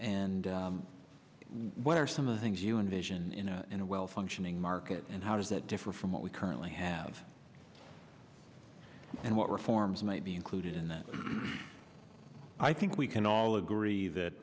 and what are some of the things you envision in a in a well functioning market and how does that differ from what we currently have and what reforms might be included in that i think we can all agree that